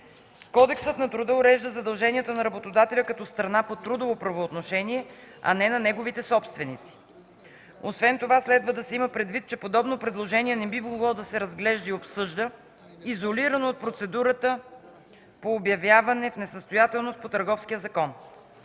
Кодексът на труда урежда задълженията на работодателя като страна по трудово правоотношение, а не на неговите собственици. Освен това, следва да се има предвид, че подобно предложение не би могло да се разглежда и обсъжда изолирано от процедурата по обявяване в несъстоятелност по Търговски закон.